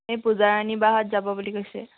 এই পূজা ৰাণী বাহত যাব বুলি কৈছে